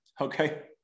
okay